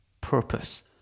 purpose